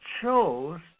chose